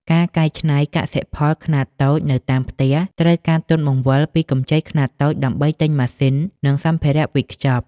ការកែច្នៃកសិផលខ្នាតតូចនៅតាមផ្ទះ ត្រូវការទុនបង្វិលពីកម្ចីខ្នាតតូចដើម្បីទិញម៉ាស៊ីន និងសម្ភារៈវេចខ្ចប់។